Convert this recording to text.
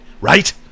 Right